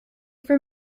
for